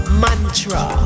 mantra